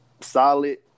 solid